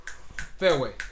Fairway